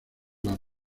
las